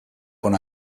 con